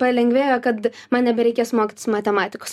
palengvėja kad man nebereikės mokytis matematikos